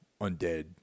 undead